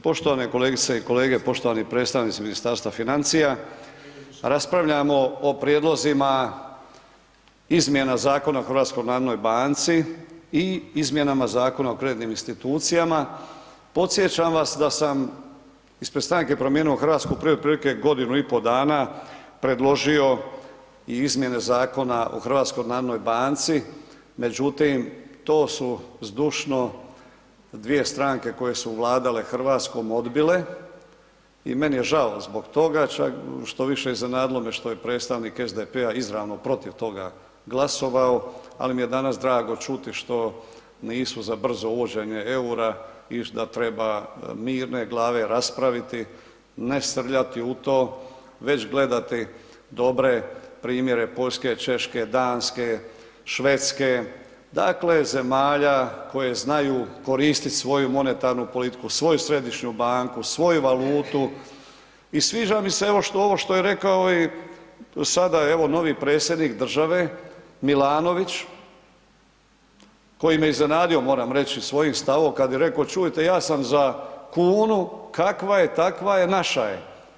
Poštovane kolegice i kolege, poštovani predstavnici Ministarstva financija, raspravljamo o prijedlozima izmjena Zakona o HNB-u i izmjenama Zakona o kreditnim institucijama, podsjećam vas da sam ispred stranke Promijenimo Hrvatsku prije otprilike 1,5 dana predložio i izmjene Zakona o HNB-u, međutim to su zdušno dvije stranke koje su vladale Hrvatskom odbile i meni je žao zbog toga, čak što više iznenadilo me što je predstavnik SDP-a izravno protiv toga glasovao, ali mi je danas drago čuti što nisu za brzo uvođenje EUR-a i da treba mirne glave raspraviti, ne srljati u to, već gledati dobre primjere Poljske, Češke, Danske, Švedske, dakle zemalja koje znaju koristiti svoju monetarnu politiku, svoju središnju banku, svoju valutu i sviđa mi se evo ovo što je rekao i sada evo novi predsjednik države Milanović, koji me iznenadio moram reći svojim stavom kad je rekao čujte ja sam za kunu, kakva je takva je naša je.